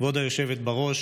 כבוד היושבת בראש,